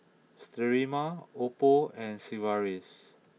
Sterimar Oppo and Sigvaris